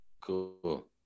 Cool